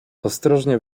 ostrożnie